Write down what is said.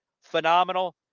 Phenomenal